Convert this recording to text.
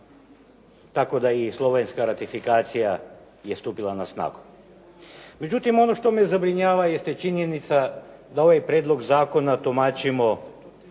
Tako da je i slovenska ratifikacija je stupila na snagu. Međutim ono što me zabrinjava jeste činjenica da ovaj prijedlog zakona tumačimo